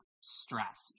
stress